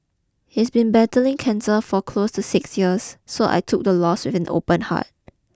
he's been battling cancer for close to six years so I took the loss with an open heart